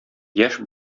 яшь